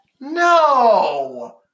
No